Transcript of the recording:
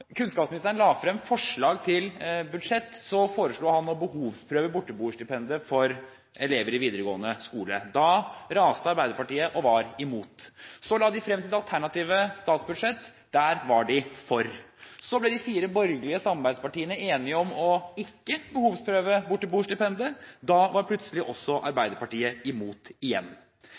kunnskapsministeren la frem forslag til budsjett, foreslo han å behovsprøve borteboerstipendet for elever i videregående skole. Da raste Arbeiderpartiet og var imot. Så la de frem sitt alternative statsbudsjett. Der var de for. Så ble de fire borgerlige samarbeidspartiene enige om ikke å behovsprøve borteboerstipendet. Da var plutselig Arbeiderpartiet imot igjen.